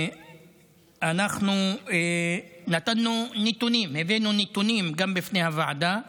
אנחנו נתנו נתונים, הבאנו נתונים גם בפני הוועדה,